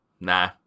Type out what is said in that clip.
nah